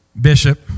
Bishop